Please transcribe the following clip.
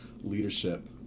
leadership